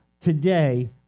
today